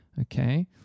Okay